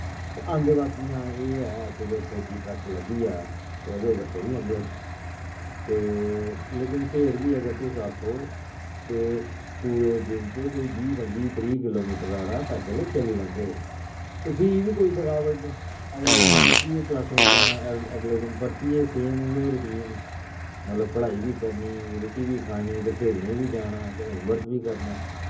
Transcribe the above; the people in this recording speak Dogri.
ते आंदे बाकी हां एह् ऐ कुतै फौजी ट्रक लब्भी जा ते ओह्दे उप्पर चढ़ी जन्दे हे ते लेकिन फिर बी अगर तुस आक्खो ते पूरे दिन च कोई बीह् पंजी त्रीह् किलोमीटर हारा पैदल चली लैंदे हे ते फ्ही बी कोई थकावट नि अगले दिन परतियै क्लासें जाना अगले दिन परतियै सेम उ'ऐ रूटीन मतलब पढ़ाई बी करनी रुट्टी बी खानी ते खेलने बी जाना ते होमवर्क बी करना